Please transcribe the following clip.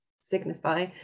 signify